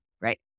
right